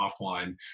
offline